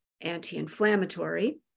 anti-inflammatory